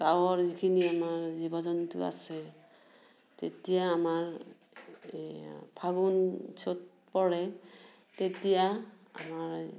গাঁৱৰ যিখিনি আমাৰ জীৱ জন্তু আছে তেতিয়া আমাৰ এই ফাগুণ চ'ত পৰে তেতিয়া আমাৰ